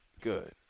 Good